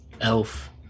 elf